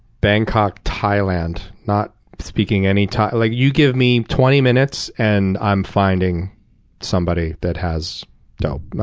bangkok, thailand not speaking any thai like you give me twenty minutes and i'm finding somebody that has dope.